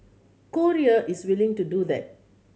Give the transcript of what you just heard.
Korea is willing to do that